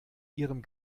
ihrem